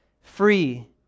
free